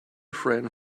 friend